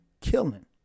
killing